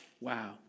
wow